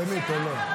זו הצבעה שמית או לא?